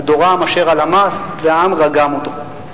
אדורם אשר על המס, והעם רגם אותו.